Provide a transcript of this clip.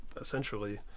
essentially